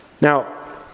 Now